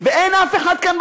ואין אף אחד כאן,